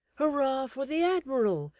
hurrah for the admiral!